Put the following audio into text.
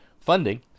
funding